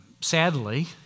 Sadly